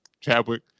Chadwick